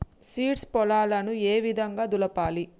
Seeds పొలాలను ఏ విధంగా దులపాలి?